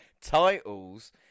titles